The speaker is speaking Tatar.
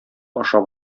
ашап